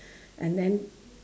and then